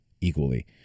equally